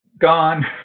gone